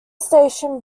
station